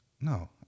No